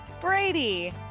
Brady